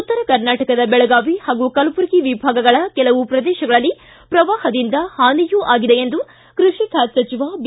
ಉತ್ತರ ಕರ್ನಾಟಕದ ಬೆಳಗಾವಿ ಹಾಗೂ ಕಲಬುರ್ಗಿ ವಿಭಾಗಗಳ ಕೆಲವು ಪ್ರದೇಶಗಳಲ್ಲಿ ಪ್ರವಾಹದಿಂದ ಹಾನಿಯೂ ಆಗಿದೆ ಎಂದು ಕೈಷಿ ಖಾತೆ ಸಚಿವ ಬಿ